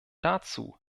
dazu